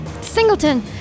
Singleton